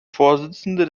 vorsitzende